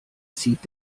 zieht